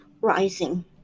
rising